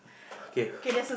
okay